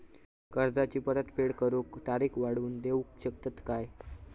कर्जाची परत फेड करूक तारीख वाढवून देऊ शकतत काय?